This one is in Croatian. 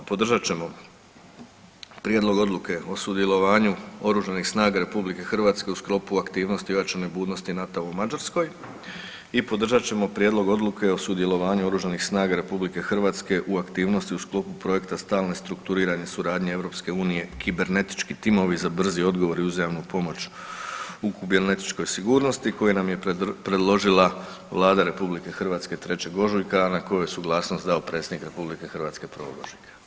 Podržat ćemo Prijedlog odluke o sudjelovanju Oružanih snaga RH u sklopu aktivnosti ojačane budnosti NATO-a u Mađarskoj i podržat ćemo Prijedlog odluke o sudjelovanju Oružanih snaga RH u aktivnosti u sklopu projekta stalne strukturirane suradnje EU „Kibernetički timovi za brzi odgovor i uzajamnu pomoć u kibernetičkoj sigurnosti“ koju nam je predložila Vlada RH 3. ožujka, a na koju suglasnost dao predsjednik RH 1. ožujka.